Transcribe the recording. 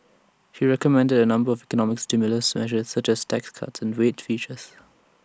he recommended A number of economic stimulus measures such as tax cuts wage freezes